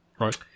Right